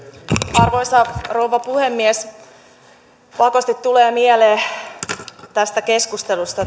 arvoisa rouva puhemies pakosti tulee mieleen tästä keskustelusta